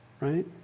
right